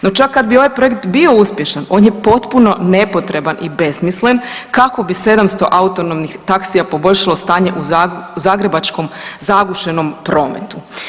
No čak kad bi ovaj projekt bio uspješan, on je potpuno nepotreban i besmislen, kako bi 700 autonomnih taksija poboljšalo stanje u zagrebačkom zagušenom prometu.